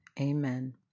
Amen